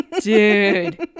Dude